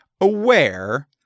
aware